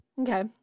Okay